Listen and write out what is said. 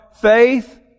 faith